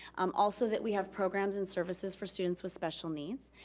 um also that we have programs and services for students with special needs,